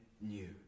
new